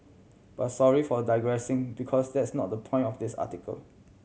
but sorry for digressing because that's not the point of this article